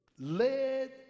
led